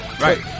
Right